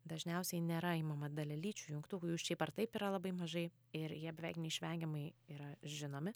dažniausiai nėra imama dalelyčių jungtukų jų šiaip ar taip yra labai mažai ir jie beveik neišvengiamai yra žinomi